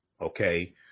Okay